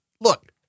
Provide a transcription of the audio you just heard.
look